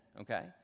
Okay